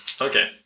Okay